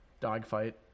Dogfight